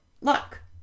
look